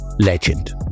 Legend